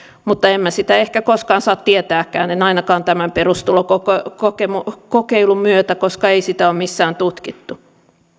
mutta en minä sitä ehkä koskaan saa tietääkään en ainakaan tämän perustulokokeilun myötä koska ei sitä ole missään tutkittu